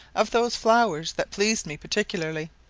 of those flowers that pleased me particularly,